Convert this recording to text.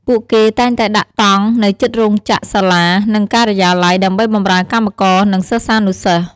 ពួកគេតែងតែដាក់តង់នៅជិតរោងចក្រ សាលា និងការិយាល័យ ដើម្បីបម្រើកម្មករ និងសិស្សានុសិស្ស។